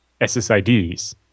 SSIDs